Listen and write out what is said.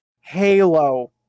Halo